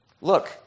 Look